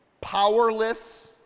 Powerless